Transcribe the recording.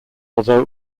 although